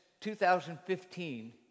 2015